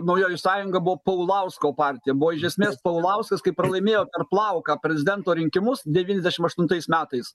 naujoji sąjunga buvo paulausko partija buvo iš esmės paulauskas kai pralaimėjo per plauką prezidento rinkimus devyniasdešim aštuntais metais